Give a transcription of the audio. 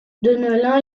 deneulin